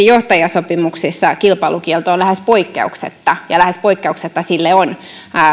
johtajasopimuksissa kilpailukielto on lähes poikkeuksetta ja lähes poikkeuksetta sille on